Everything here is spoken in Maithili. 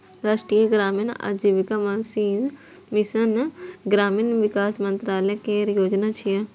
राष्ट्रीय ग्रामीण आजीविका मिशन ग्रामीण विकास मंत्रालय केर योजना छियै